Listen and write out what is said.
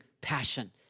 passion